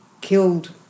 killed